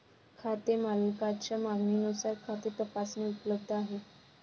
खाते मालकाच्या मागणीनुसार खाते तपासणी उपलब्ध आहे